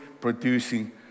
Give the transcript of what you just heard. producing